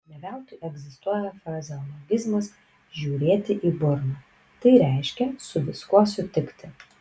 ne veltui egzistuoja frazeologizmas žiūrėti į burną tai reiškia su viskuo sutikti